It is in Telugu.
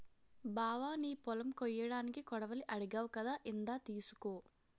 బావా నీ పొలం కొయ్యడానికి కొడవలి అడిగావ్ కదా ఇందా తీసుకో